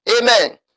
Amen